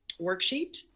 worksheet